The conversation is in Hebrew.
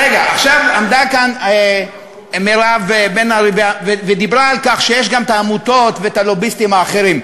עמדה כאן מירב בן ארי ודיברה על כך שיש גם עמותות ולוביסטים אחרים.